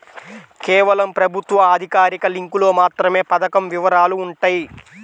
కేవలం ప్రభుత్వ అధికారిక లింకులో మాత్రమే పథకం వివరాలు వుంటయ్యి